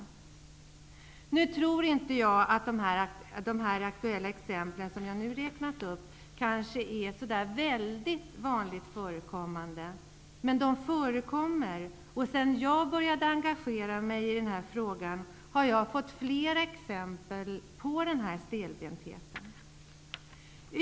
Jag tror inte att de exempel som jag nu har anfört är så vanliga men de förekommer, och sedan jag började engagera mig i den här saken har jag fått flera exempel på den här stelbentheten.